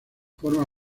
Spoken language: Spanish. forma